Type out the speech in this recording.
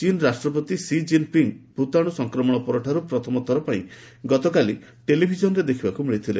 ଚୀନ୍ ରାଷ୍ଟ୍ରପତି Xi Jinping ଭୂତାଣୁ ସଂକ୍ରମଣ ପରଠାରୁ ପ୍ରଥମ ଥର ପାଇଁ ଗତକାଲି ଟେଲିଭିଜନରେ ଦେଖିବାକୁ ମିଳିଥିଲେ